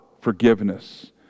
forgiveness